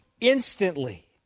instantly